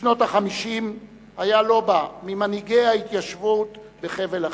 בשנות ה-50 היה לובה ממנהיגי ההתיישבות בחבל-לכיש.